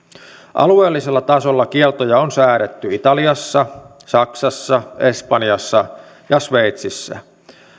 alueellisella tasolla kieltoja on säädetty italiassa saksassa espanjassa ja sveitsissä